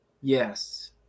yes